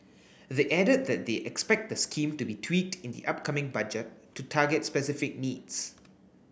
they added that they expect the scheme to be tweaked in the upcoming Budget to target specific needs